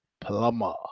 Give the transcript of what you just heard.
plumber